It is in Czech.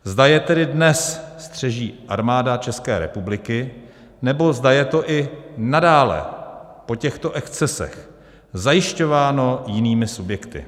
Zda je tedy dnes střeží Armáda České republiky, nebo zda je to i nadále po těchto excesech zajišťováno jinými subjekty?